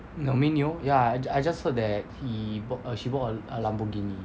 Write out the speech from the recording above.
naomi neo ya I ju~ I just heard that he she bought a Lamborghini